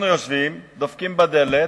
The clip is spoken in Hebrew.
אנחנו יושבים, דופקים בדלת,